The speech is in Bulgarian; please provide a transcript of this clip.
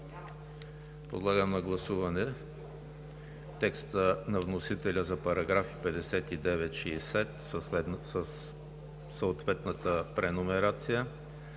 Подлагам на гласуване текста на вносителя за параграфи 59 и 60 със съответната преномерация;